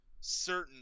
certain